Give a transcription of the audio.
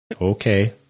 Okay